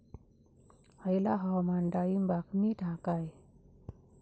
हयला हवामान डाळींबाक नीट हा काय?